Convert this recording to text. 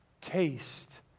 Taste